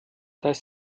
heißt